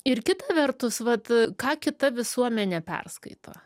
ir kita vertus vat ką kita visuomenė perskaito